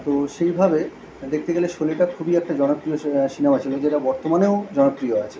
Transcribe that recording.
তো সেইভাবে দেখতে গেলে শোলেটা খুবই একটা জনপ্রিয় ছি সিনেমা ছিল যেটা বর্তমানেও জনপ্রিয় আছে